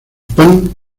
pan